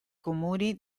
comuni